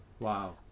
wow